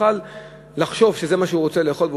יכול לחשוב שזה מה שהוא רוצה לאכול,